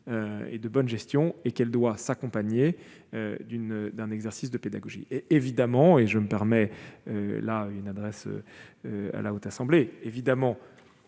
de bonne gestion. Et cela doit s'accompagner d'un exercice de pédagogie. Bien entendu, et je me permets là une adresse à la Haute Assemblée, quand